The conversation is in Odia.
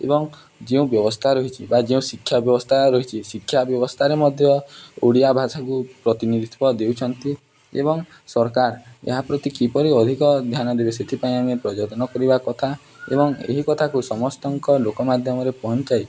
ଏବଂ ଯେଉଁ ବ୍ୟବସ୍ଥା ରହିଛି ବା ଯେଉଁ ଶିକ୍ଷା ବ୍ୟବସ୍ଥା ରହିଚି ଶିକ୍ଷା ବ୍ୟବସ୍ଥାରେ ମଧ୍ୟ ଓଡ଼ିଆ ଭାଷାକୁ ପ୍ରତିନିଧିତ୍ୱ ଦେଉଛନ୍ତି ଏବଂ ସରକାର ଏହା ପ୍ରତି କିପରି ଅଧିକ ଧ୍ୟାନ ଦେବେ ସେଥିପାଇଁ ଆମେ ପ୍ରଯ୍ୟତ୍ନ କରିବା କଥା ଏବଂ ଏହି କଥାକୁ ସମସ୍ତଙ୍କ ଲୋକ ମାଧ୍ୟମରେ ପହଞ୍ଚାଇ